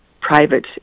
private